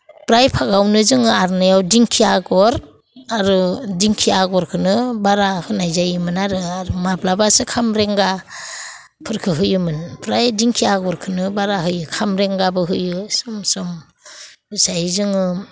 फ्राइ फागावनो जोङो आर'नायाव दिंखिया आग'र आरो दिंखिया आग'रखौनो बारा होनाय जायोमोन आरो माब्लाबासो खामब्रेंगाफोरखो होयोमोन ओमफ्राय दिंखिया आग'रखौनो बारा होयो खामब्रेंगाबो होयो सम सम जायो जोङो